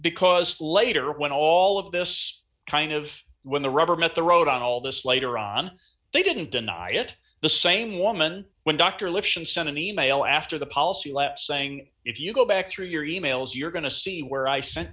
because later when all of this kind of when the rubber met the road on all this later on they didn't deny it the same woman when dr lifton sent an email after the policy left saying if you go back through your e mails you're going to see where i sent